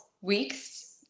weeks